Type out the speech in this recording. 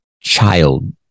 child